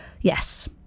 Yes